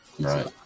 Right